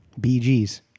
BGs